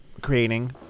creating